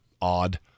odd